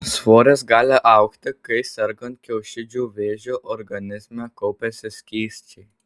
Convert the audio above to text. svoris gali augti kai sergant kiaušidžių vėžiu organizme kaupiasi skysčiai